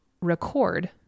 record